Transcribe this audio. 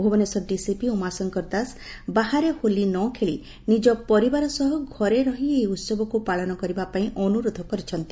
Bhubaneswar DCP Umashankar Das ବାହାରେ ହୋଲି ନ ଖେଳି ନିଜ ପରିବାର ସହ ଘରେ ରହି ଏହି ଉହବକୁ ପାଳନ କରିବା ପାଇଁ ଅନୁରୋଧ କରିଛନ୍ତି